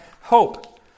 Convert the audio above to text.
hope